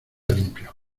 limpio